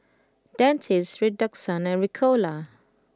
Dentiste Redoxon and Ricola